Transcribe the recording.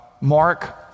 mark